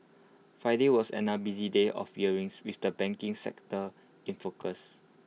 Friday was another busy day of earnings with the banking sector in focus